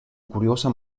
curiosa